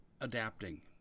adapting